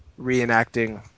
reenacting